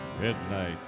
Midnight